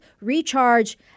recharge